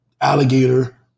alligator